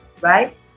right